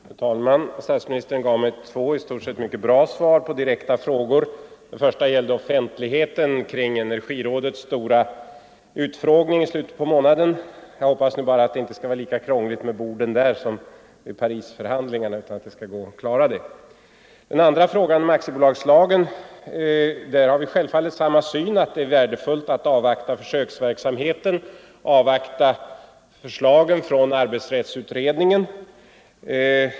Herr talman! Statsministern gav mig två i stort sett mycket bra svar på direkta frågor. Den första gällde offentligheten kring energirådets stora utfrågning i slutet på månaden. Jag hoppas nu bara att det då inte skall bli lika krångligt med borden som vid Parisförhandlingarna utan att överläggningarna skall kunna genomföras. I den andra frågan, om aktiebolagslagen, har vi självfallet samma syn, nämligen att det är värdefullt att avvakta resultaten av försöksverksamheten och förslagen från arbetsrättsutredningen.